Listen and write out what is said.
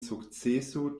sukceso